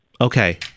Okay